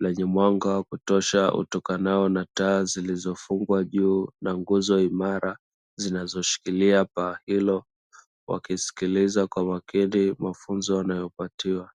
lenye mwanga wa kutosha utokanao na taa zilizofungwa juu na nguzo imara zinazoshikilia paa hilo wakisikiliza kwa makini mafunzo wanayopatiwa.